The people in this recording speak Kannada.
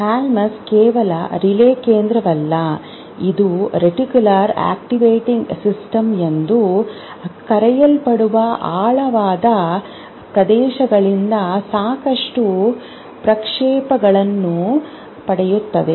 ಥಾಲಮಸ್ ಕೇವಲ ರಿಲೇ ಕೇಂದ್ರವಲ್ಲ ಇದು ರೆಟಿಕ್ಯುಲರ್ ಆಕ್ಟಿವೇಟಿಂಗ್ ಸಿಸ್ಟಮ್ ಎಂದು ಕರೆಯಲ್ಪಡುವ ಆಳವಾದ ಪ್ರದೇಶಗಳಿಂದ ಸಾಕಷ್ಟು ಪ್ರಕ್ಷೇಪಗಳನ್ನು ಪಡೆಯುತ್ತದೆ